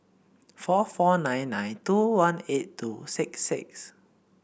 four four nine nine two one eight two six six